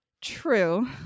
True